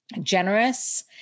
generous